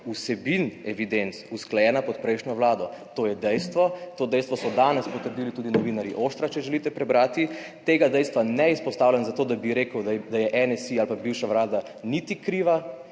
vsebin evidenc usklajena pod prejšnjo vlado, to je dejstvo, to dejstvo so danes potrdili tudi novinarji Ostra(?), če želite prebrati. Tega dejstva ne izpostavljam zato, da bi rekel, da je NSi ali pa bivša Vlada niti kriva,